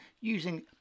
using